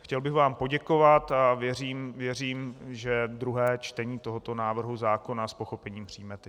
Chtěl bych vám poděkovat a věřím, že druhé čtení tohoto návrhu zákona s pochopením přijmete.